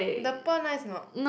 the pearl nice or not